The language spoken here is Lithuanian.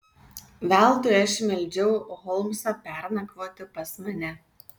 veltui aš meldžiau holmsą pernakvoti pas mane